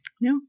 No